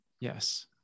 Yes